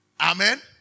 Amen